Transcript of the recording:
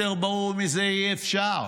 יותר ברור מזה אי-אפשר,